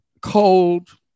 cold